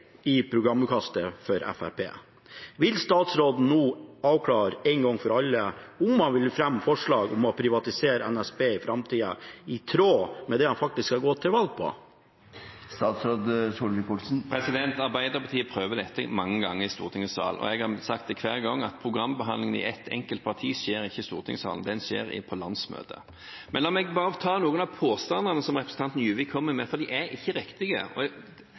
programutkastet til Fremskrittspartiet. Vil statsråden nå avklare en gang for alle om han vil fremme forslag om å privatisere NSB i framtida, i tråd med det han faktisk har gått til valg på? Arbeiderpartiet prøver dette mange ganger i stortingssalen, og jeg har sagt det hver gang at programbehandling i ett enkelt parti skjer ikke i stortingssalen, den skjer på landsmøtet. Men la meg bare ta noen av påstandene som representanten Juvik kommer med, for de er ikke riktige. Jeg